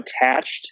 attached